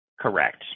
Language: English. Correct